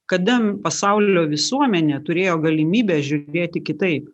kada pasaulio visuomenė turėjo galimybę žiūrėti kitaip